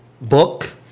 book